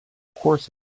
course